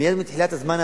מייד מתחילת ה"זמן"